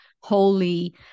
holy